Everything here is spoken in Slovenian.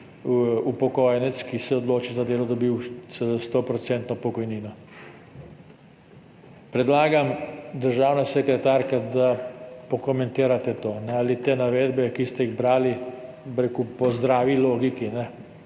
upokojenec, ki se odloči za delo, dobil stoprocentno pokojnino. Predlagam, državna sekretarka, da pokomentirate to, ali te navedbe, ki ste jih brali, bi rekel, po zdravi logiki,